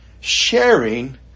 sharing